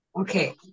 Okay